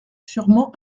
sûrement